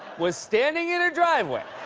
was standing in her driveway